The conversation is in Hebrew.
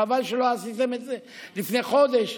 חבל שלא עשיתם את זה לפני חודש.